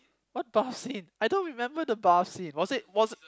what bath scene I don't remember the bath scene was it was it